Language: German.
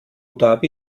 dhabi